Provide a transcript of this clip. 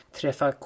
träffa